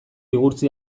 igurtzi